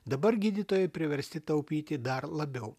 dabar gydytojai priversti taupyti dar labiau